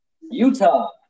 Utah